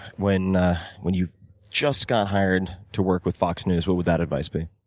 when when you just got hired to work with fox news, what would that advice be?